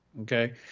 okay